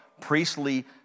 priestly